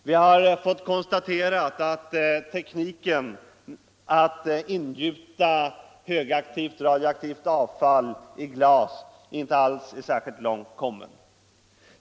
Vi har fått konstaterat att tekniken att ingjuta högaktivt radioaktivt avfall i glas inte alls är särskilt långt kommen.